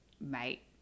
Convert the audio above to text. Mate